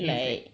reflec~